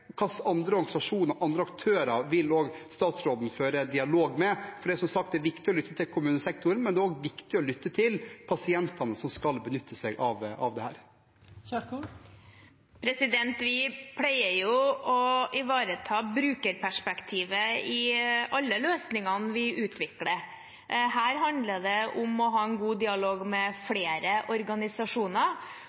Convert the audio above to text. Hvilke andre organisasjoner og aktører vil statsråden føre dialog med? For det er som sagt viktig å lytte til kommunesektoren, men det er også viktig å lytte til pasientene som skal benytte seg av dette. Vi pleier å ivareta brukerperspektivet i alle løsningene vi utvikler. Her handler det om å ha en god dialog med flere organisasjoner.